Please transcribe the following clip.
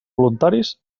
voluntaris